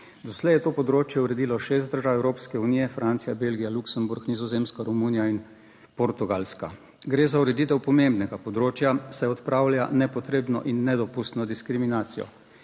Doslej je to področje uredilo šest držav Evropske unije, Francija, Belgija, Luksemburg, Nizozemska, Romunija in Portugalska. Gre za ureditev pomembnega področja, saj odpravlja nepotrebno in nedopustno diskriminacijo.